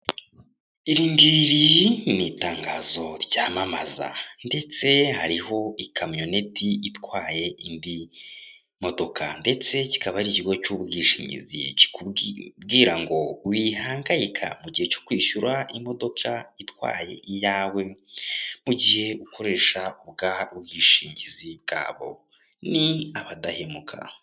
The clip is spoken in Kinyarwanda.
Iri ngiri ni itangazo ryamamaza. Ndetse hariho ikamyoneti itwaye indi modoka. Ndetse kikaba ari ikigo cy'ubwishingizi kikubwira ngo wihangayika mu gihe cyose kwishyura imodoka itwaye iyawe, mu gihe ukoresha bwa bwishingizi bwabo. Ni abadahemuka.